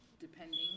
depending